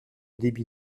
débit